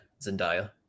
Zendaya